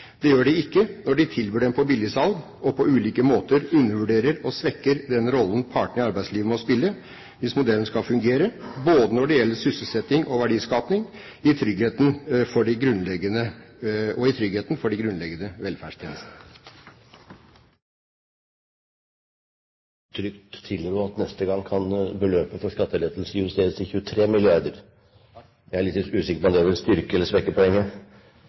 Det gjør de ikke når de tilbyr den på billigsalg og på ulike måter undervurderer og svekker den rolle partene i arbeidslivet må spille hvis modellen skal fungere både når det gjelder sysselsetting og verdiskaping, og i tryggheten for de grunnleggende velferdstjenestene. Presidenten kan trygt tilrå at neste gang kan beløpet for skattelettelse justeres til 23 milliarder. Jeg er litt usikker på om det vil styrke eller svekke poenget.